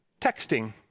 texting